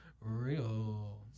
real